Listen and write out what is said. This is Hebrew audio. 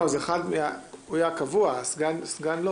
לא, הוא יהיה הקבוע, לא הסגן.